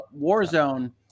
Warzone